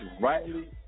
Rightly